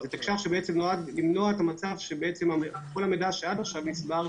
זה תקש"ח שנועד למנוע את המצב שכל המידע שנצבר עד עכשיו,